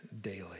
daily